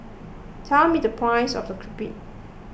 tell me the price of the Crepe